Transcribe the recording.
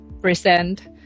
present